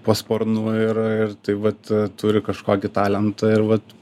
po sparnu ir ir tai vat turi kažkokį talentą ir vat